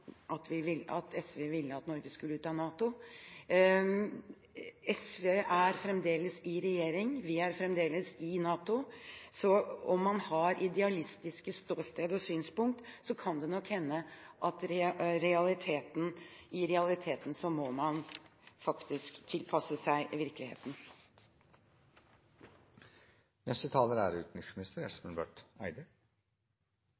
at SV ville at Norge skulle ut av NATO. SV er fremdeles i regjering, vi er fremdeles i NATO, så om man har idealistiske ståsted og synspunkt, kan det nok hende at man faktisk må tilpasse seg virkeligheten. Debatten var vel egentlig i ferd med å bli avsluttet, så